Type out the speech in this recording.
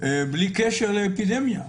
בלי קשר לאפידמיה,